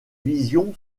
vision